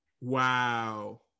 Wow